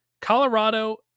Colorado